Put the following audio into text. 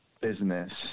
business